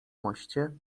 moście